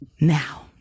Now